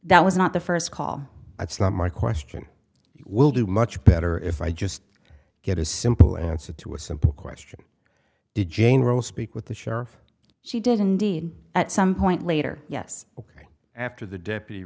that was not the first call that's not my question will do much better if i just get a simple answer to a simple question did jane roe speak with the sheriff she did indeed at some point later yes ok after the deputy